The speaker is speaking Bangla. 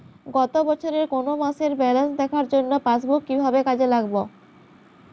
গত বছরের কোনো মাসের ব্যালেন্স দেখার জন্য পাসবুক কীভাবে কাজে লাগাব?